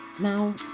Now